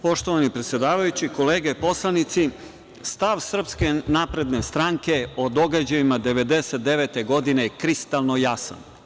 Poštovani predsedavajući, kolege poslanici, stav SNS o događajima 1999. godine je kristalno jasan.